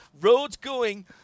roads-going